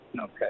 Okay